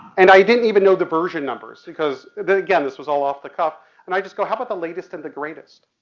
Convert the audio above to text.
and i didn't even know the version numbers because then again this was all off the cuff and i just go, how about the latest and the greatest?